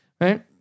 right